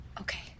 Okay